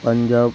Punjab